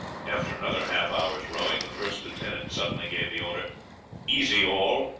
after another half hour's rowing the first lieutenant suddenly gave the order easy all,